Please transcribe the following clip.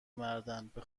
مردن، به